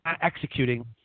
executing